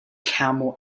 camel